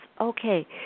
okay